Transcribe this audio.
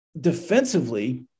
defensively